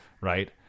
Right